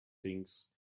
things